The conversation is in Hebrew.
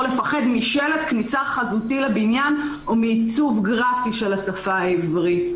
לפחד משלט כניסה חזותי לבניין או מעיצוב גרפי של השפה העברית.